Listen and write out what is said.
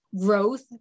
growth